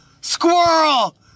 Squirrel